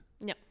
No